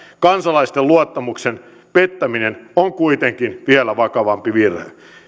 kansalaisten luottamuksen pettäminen on kuitenkin vielä vakavampi virhe